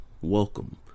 welcome